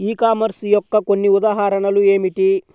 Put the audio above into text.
E commerce యొక్క కొన్ని ఉదాహరణలు ఏమిటి?